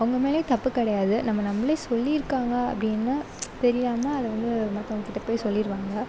அவங்க மேலேயும் தப்பு கிடையாது நம்மளை நம்பி சொல்லியிருக்காங்க அப்படின்னா தெரியாமல் அதை வந்து மற்றவங்கக்கிட்ட போய் சொல்லிடுவாங்க